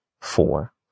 Four